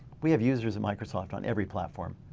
we have users of microsoft on every platform.